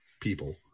people